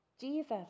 Jesus